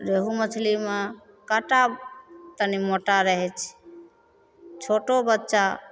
रेहू मछलीमे काँटा तनि मोटा रहै छै छोटो बच्चा